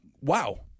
wow